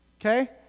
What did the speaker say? Okay